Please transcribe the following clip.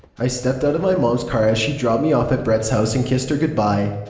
i stepped out of my mom's car as she dropped me off at brett's house and kissed her goodbye.